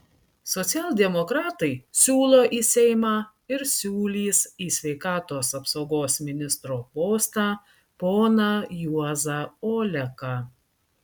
socialdemokratai siūlo į seimą ir siūlys į sveikatos apsaugos ministro postą poną juozą oleką